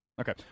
Okay